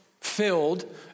filled